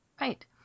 Right